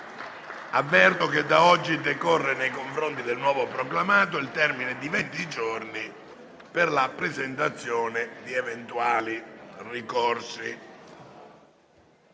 Avverto che da oggi decorre, nei confronti del nuovo proclamato, il termine di venti giorni per la presentazione di eventuali ricorsi.